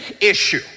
issue